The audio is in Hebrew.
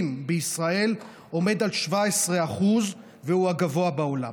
בישראל עומד על 17% והוא הגבוה בעולם.